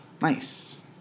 Nice